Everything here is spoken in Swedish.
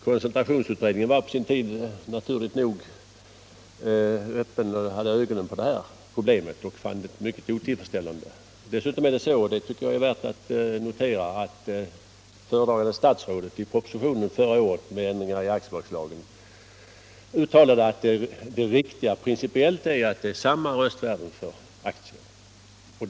Koncentrationsutredningen hade på sin tid naturligt nog ögonen på detta problem och fann förhållandena mycket otillfredsställande. Dessutom är det värt att notera att föredragande statsrådet i propositionen förra året om ändringar i aktiebolagslagen uttalade att det principiellt riktiga är att det är samma röstvärden för aktierna.